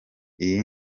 iyi